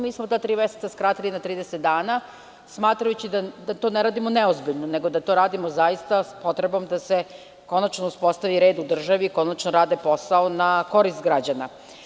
Mi smo ta tri meseca skratili na 30 dana, smatrajući da to ne radimo neozbiljno, nego da to radimo zaista s potrebom da se konačno uspostavi red u državi i konačno rade posao na korist građana.